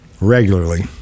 Regularly